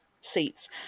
seats